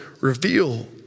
reveal